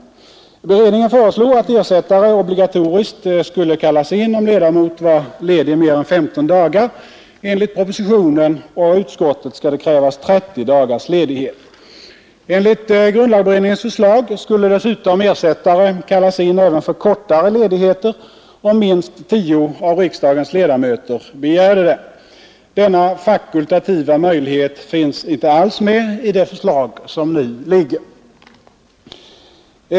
Beredningen föreslog att ersättare obligatoriskt skulle kallas in, om ledamot var ledig mer än 15 dagar. Enligt propositionen och utskottet skall det krävas 30 dagars ledighet. Enligt grundlagberedningens förslag skulle dessutom ersättare kallas in även för kortare ledigheter, om minst tio av riksdagens ledamöter begärde det. Denna fakultativa möjlighet finns inte alls med i det förslag som nu föreligger.